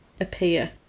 appear